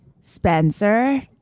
Spencer